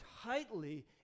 tightly